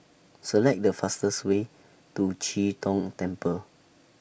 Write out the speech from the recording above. Select The fastest Way to Chee Tong Temple